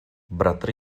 bratr